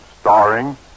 starring